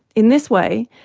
in this way,